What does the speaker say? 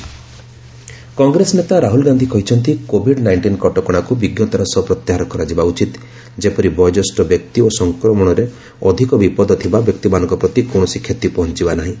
lockdown Rahul Gandhi Congress ନେତା ରାହୁଲ ଗାନ୍ଧି କହିଛନ୍ତି COVID nineteen କଟକଣାକୁ ବିଜ୍ଞତାର ସହ ପ୍ରତ୍ୟାହାର କରାଯିବା ଉଚିତ୍ ଯେପରି ବୟୋଜ୍ୟେଷ୍ଠ ବ୍ୟକ୍ତି ଓ ସଂକ୍ରମଣର ଅଧିକ ବିପଦ ଥିବା ବ୍ୟକ୍ତିମାନଙ୍କ ପ୍ରତି କୌଣସି କ୍ଷତି ପହଞ୍ଚିବ ନାହିଁ